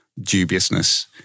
dubiousness